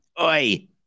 Oi